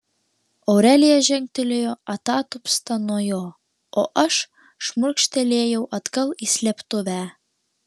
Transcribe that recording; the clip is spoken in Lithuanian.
aurelija žengtelėjo atatupsta nuo jo o aš šmurkštelėjau atgal į slėptuvę